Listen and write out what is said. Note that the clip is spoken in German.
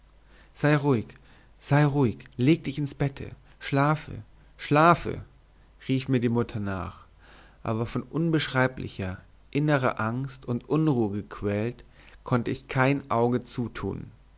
sei ruhig sei ruhig lege dich ins bette schlafe schlafe rief mir die mutter nach aber von unbeschreiblicher innerer angst und unruhe gequält konnte ich kein auge zutun